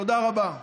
תודה רבה.